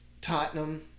Tottenham